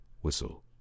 Whistle